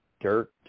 dirt